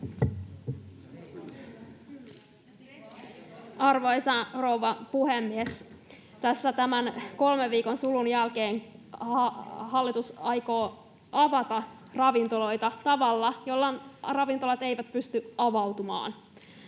Arvoisa rouva puhemies! Kolmen viikon sulun jälkeen hallitus aikoo avata ravintoloita tavalla, jolla ravintolat eivät pysty avautumaan.